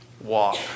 walk